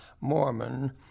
Mormon